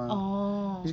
orh